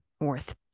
worth